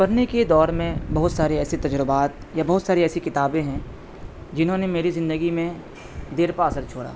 پڑھنے کے دور میں بہت سارے ایسے تجربات یا بہت ساری ایسی کتابیں ہیں جنہوں نے میری زندگی میں دیر پا اثر چھوڑا